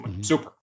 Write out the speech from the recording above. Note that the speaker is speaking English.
Super